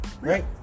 Right